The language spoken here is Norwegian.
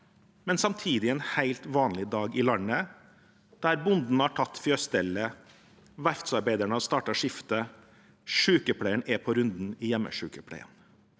men samtidig en helt vanlig dag i landet, der bonden har tatt fjøsstellet, verftsarbeideren har startet skiftet, og sykepleieren er på runden i hjemmesykepleien.